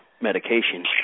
medication